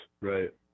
right